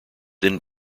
then